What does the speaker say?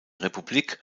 republik